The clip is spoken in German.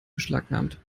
beschlagnahmt